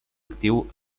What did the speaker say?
actiu